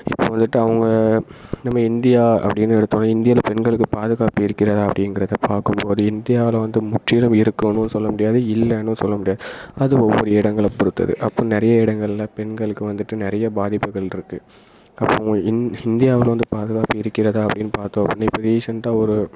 இப்போ வந்துவிட்டு அவங்க நம்ம இந்தியா அப்படின்னு எடுத்தோன்னா இந்தியாவில பெண்களுக்கு பாதுகாப்பு இருக்கிறதா அப்படிங்கிறத பார்க்கும்போது இந்தியாவில வந்து முற்றிலும் இருக்குன்னும் சொல்ல முடியாது இல்லைன்னும் சொல்ல முடியாது அது ஒவ்வொரு இடங்கள பொறுத்தது அப்போ நிறைய இடங்கள்ல பெண்களுக்கு வந்துவிட்டு நிறைய பாதிப்புகள் இருக்கு அப்போ இன் இந்தியாவில் வந்து பாதுகாப்பு இருக்கிறதா அப்படின்னு பார்த்தோம் அப்படின்னா இப்போ ரீசெண்டாக ஒரு